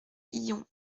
hyon